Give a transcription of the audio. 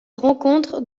rencontre